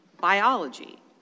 biology